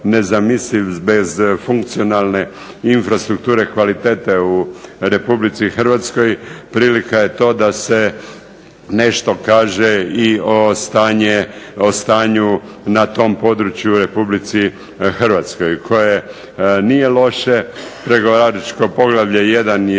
nezamisliv bez funkcionalne infrastrukture kvalitete u Republici Hrvatskoj, prilika je to da se nešto kaže i o stanju na tom području u Republici Hrvatskoj, koje nije loše, pregovaračko poglavlje 1. je